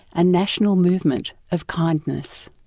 a national movement of kindness.